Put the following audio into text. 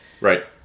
Right